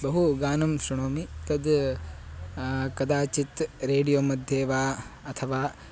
बहु गानं शृणोमि तद् कदाचित् रेडियोमध्ये वा अथवा